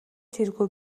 тэргүй